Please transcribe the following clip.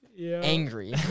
angry